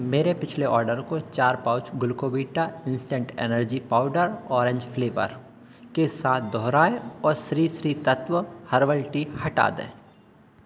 मेरे पिछले आर्डर को चार pouch Glucovita instant energy powder orange flavour के साथ दोहराएँ और श्री श्री तत्त्व हर्बल टी हटा दें